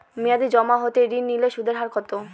মেয়াদী জমা হতে ঋণ নিলে সুদের হার কত?